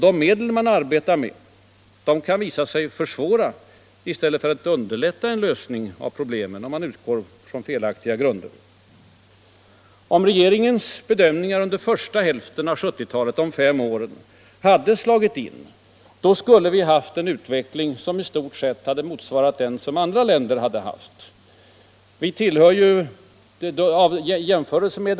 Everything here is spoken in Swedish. De medel man arbetar med kan visa sig försvåra i stället för att underlätta en lösning av problemen, om man utgår från felaktiga grunder. Om regeringens bedömningar under 1970-talets fem första år hade slagit in, då skulle vi i Sverige haft en utveckling som i stort sett hade motsvarat den som andra OECD-länder har haft.